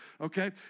okay